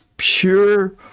pure